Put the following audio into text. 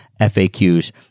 FAQs